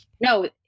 No